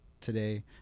today